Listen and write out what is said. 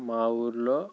మా ఊళ్ళో